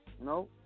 no